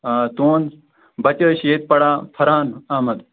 آ تُہُنٛد بَچہٕ ٲسۍ ییٚتۍ پران فرہان احمد